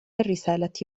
الرسالة